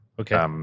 Okay